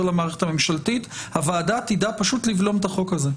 למערכת הממשלתית הוועדה תדע פשוט לבלום את החוק הזה.